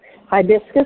Hibiscus